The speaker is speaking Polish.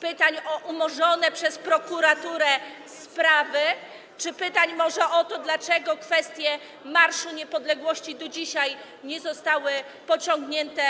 Pytań o umorzone przez prokuraturę sprawy czy może pytań o to, dlaczego kwestie Marszu Niepodległości do dzisiaj nie zostały pociągnięte